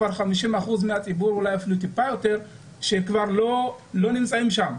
כבר 50 אחוזים מהציבור ואולי אפילו מעט יותר - שכבר לא נמצאים שם.